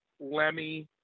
Lemmy